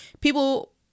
People